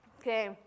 Okay